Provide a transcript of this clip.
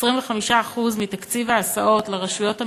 25% מתקציב ההסעות לרשויות המקומיות,